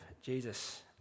Jesus